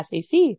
SAC